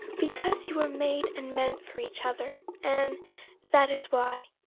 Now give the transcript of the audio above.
because you were made and meant for each other, anne that is why.